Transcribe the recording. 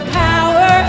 power